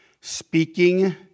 speaking